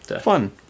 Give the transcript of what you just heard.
Fun